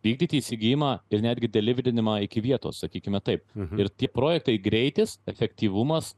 vykdyti įsigijimą ir netgi deliverinimą iki vietos sakykime taip ir tie projektai greitis efektyvumas